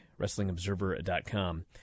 WrestlingObserver.com